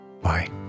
Bye